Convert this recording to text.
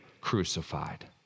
crucified